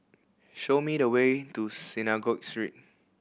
show me the way to Synagogue Street